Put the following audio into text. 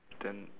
then